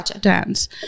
dance